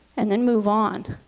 and then move on.